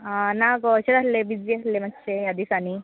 आ ना गो अशेंत आसलें बिज्जी आसलें मात्शें ह्या दिसांनी